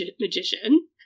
magician